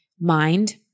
mind